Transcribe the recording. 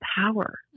power